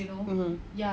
mmhmm